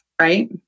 right